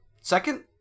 second